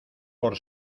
por